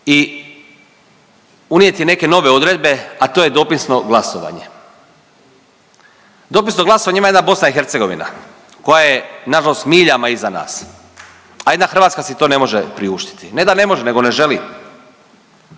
i unijeti neke nove odredbe, a to je dopisno glasovanje. Dopisno glasovanje ima jedna BiH koja je na žalost miljama iza nas a jedna Hrvatska si to ne može priuštiti. Ne da ne može, nego ne želi.